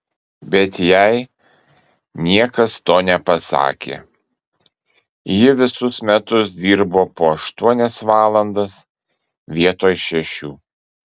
bet jai niekas to nepasakė ji visus metus dirbo po aštuonias valandas vietoj šešių